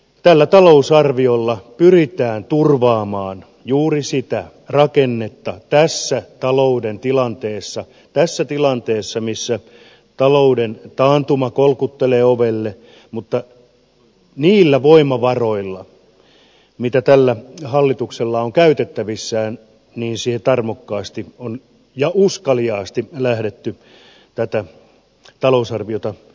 tällä talousarviolla pyritään turvaamaan juuri sitä rakennetta tässä talouden tilanteessa tässä tilanteessa missä talouden taantuma kolkuttelee ovelle ja niillä voimavaroilla mitä tällä hallituksella on käytettävissään on tarmokkaasti ja uskaliaasti lähdetty tätä talousarvio ta esittämään